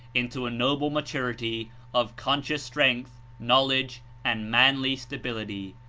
into a noble maturity of conscious strength, knowledge and manly stability.